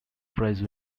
prize